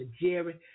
Jerry